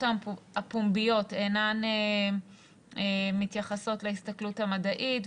הפומביות אינן מתייחסות להסתכלות המדעית,